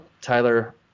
Tyler